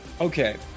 Okay